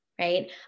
right